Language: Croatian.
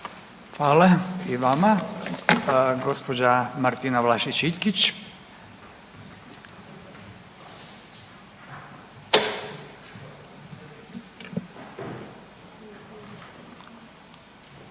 Hvala i vama. Gospođa Martina Vlašić Iljkić. **Vlašić